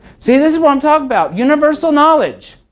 see this is what i'm talking about. universal knowledge,